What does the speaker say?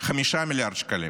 5 מיליארד שקלים,